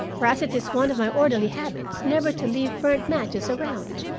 whereas it is one of my orderly habits never to leave burnt matches around.